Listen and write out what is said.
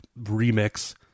remix